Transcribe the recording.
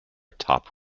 top